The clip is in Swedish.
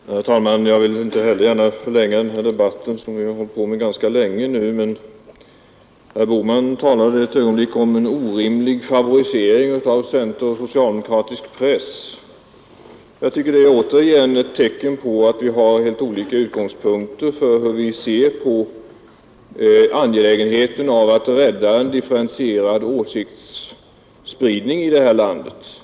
Herr talman! Inte heller jag vill gärna förlänga denna debatt; den har hållit på ganska länge nu Herr Bohman talade om en orimlig favorisering av centerpartistisk och socialdemokratisk press. Det visar återigen att vi har olika utgångspunkter när vi tar ställning till angelägenheten av att bevara en differentierad åsiktsspridning i detta land.